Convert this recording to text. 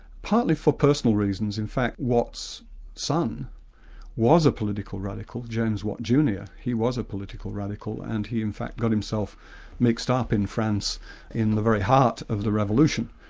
partly for personal reasons, in fact watts' son was a political radical, james watt junior, he was a political radical and he in fact got himself mixed up in france in the heart of the revolution.